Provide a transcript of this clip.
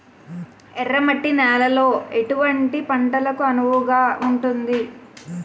ఎర్ర మట్టి నేలలో ఎటువంటి పంటలకు అనువుగా ఉంటుంది?